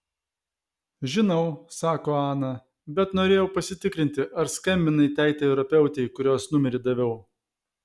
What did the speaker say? žinau sako ana bet norėjau pasitikrinti ar skambinai tai terapeutei kurios numerį daviau